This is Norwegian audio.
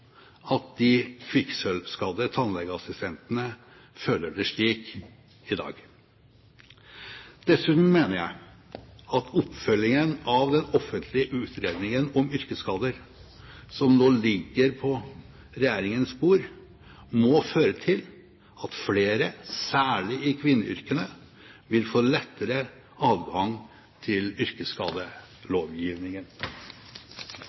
at de kvikksølvskadde tannlegeassistentene føler det slik i dag. Dessuten mener jeg at oppfølgingen av den offentlige utredningen om yrkesskader som nå ligger på regjeringens bord, må føre til at flere, særlig i kvinneyrkene, vil få lettere adgang til